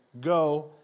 go